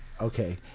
Okay